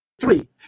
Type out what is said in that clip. three